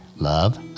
love